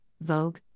Vogue